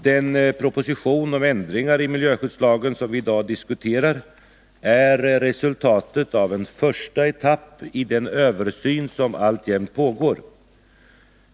Den proposition om ändringar i miljöskyddslagen som vi i dag diskuterar är resultatet av en första etapp i den översyn som alltjämt pågår.